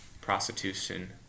prostitution